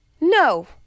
No